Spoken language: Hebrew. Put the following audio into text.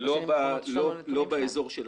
לא באזור שלנו.